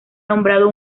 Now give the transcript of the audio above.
nombrado